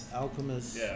Alchemist